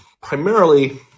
primarily